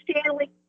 Stanley